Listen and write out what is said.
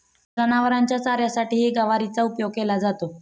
जनावरांच्या चाऱ्यासाठीही गवारीचा उपयोग केला जातो